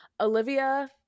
Olivia